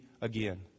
again